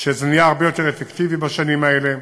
שזה נהיה הרבה יותר אפקטיבי בשנים האלה.